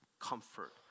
comfort